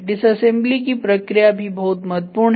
disassembly की प्रक्रिया भी बहुत महत्वपूर्ण है